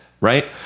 right